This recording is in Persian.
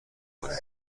کنیم